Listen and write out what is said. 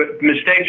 mistakes